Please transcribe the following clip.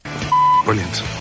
Brilliant